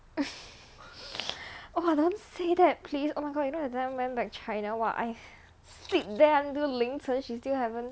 !wah! don't say that please oh my god you know that time went back china !wah! I sleep there until 凌晨 she still haven't